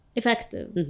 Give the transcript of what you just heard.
effective